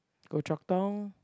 Goh-Chok-Tong